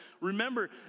remember